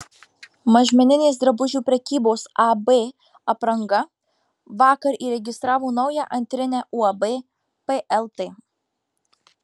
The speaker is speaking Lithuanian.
mažmeninės drabužių prekybos ab apranga vakar įregistravo naują antrinę uab plt